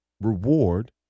reward